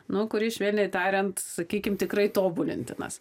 nu kuris švelniai tariant sakykim tikrai tobulintinas